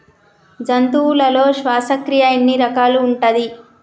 జంతువులలో శ్వాసక్రియ ఎన్ని రకాలు ఉంటది?